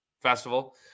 Festival